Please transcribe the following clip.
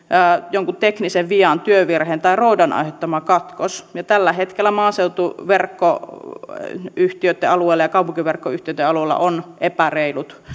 jonkun teknisen vian työvirheen tai roudan aiheuttama katkos tällä hetkellä maaseutuverkkoyhtiöitten alueella ja kaupunkiverkkoyhtiöitten alueella on epäreilut